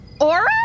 Aura